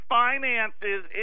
finances